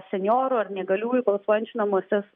senjorų ar neįgaliųjų balsuojančių namuose